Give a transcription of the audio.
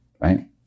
right